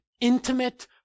intimate